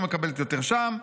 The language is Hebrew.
זו מקבלת יותר שם,